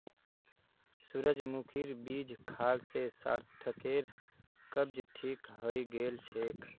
सूरजमुखीर बीज खाल से सार्थकेर कब्ज ठीक हइ गेल छेक